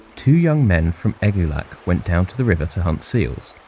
two young men from egulac went down to the river to hunt seals,